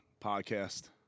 podcast